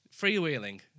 Freewheeling